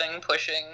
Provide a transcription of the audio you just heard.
pushing